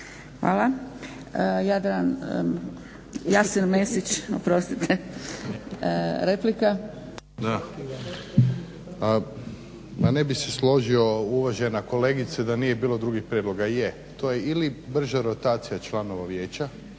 replika. **Mesić, Jasen (HDZ)** Ma ne bih se složio uvažena kolegice da nije bilo drugih prijedloga. Je, to je ili brža rotacija članova vijeća